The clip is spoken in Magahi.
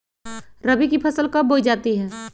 रबी की फसल कब बोई जाती है?